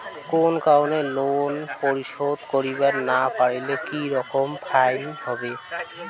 কোনো কারণে লোন পরিশোধ করিবার না পারিলে কি রকম ফাইন হবে?